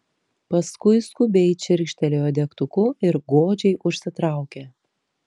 paskui skubiai čirkštelėjo degtuku ir godžiai užsitraukė